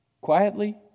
quietly